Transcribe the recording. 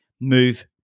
move